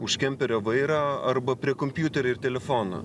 už kemperio vairo arba prie kompiuterio ir telefono